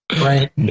right